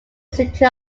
city